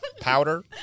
Powder